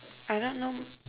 I don't know